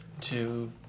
Two